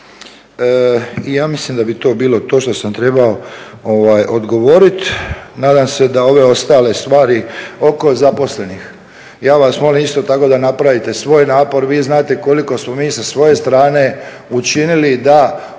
Ja mislim da bi to bilo to što sam trebao odgovoriti. Nadam se da ove ostale stvari oko zaposlenih ja vas molim isto tako da napravite svoj napor. Vi znate koliko smo mi sa svoje strane učinili da